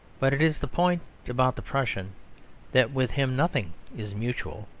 but it is the point about the prussian that with him nothing is mutual.